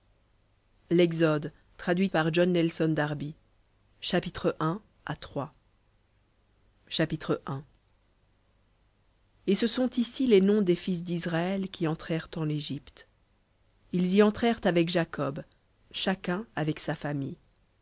lods et ce sont ici les noms des fils d'israël qui entrèrent en égypte ils y entrèrent avec jacob chacun avec sa famille